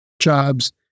jobs